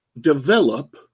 develop